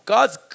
God's